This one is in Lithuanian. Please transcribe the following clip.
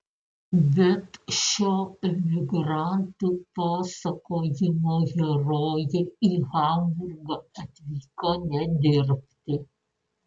bet šio emigrantų pasakojimo herojė į hamburgą atvyko ne dirbti